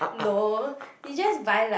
no you just buy like